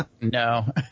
No